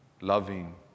loving